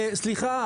סליחה,